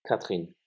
Katrin